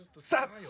Stop